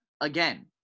again